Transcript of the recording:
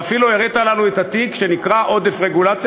ואפילו הראית לנו את התיק שנקרא "עודף רגולציה",